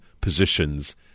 positions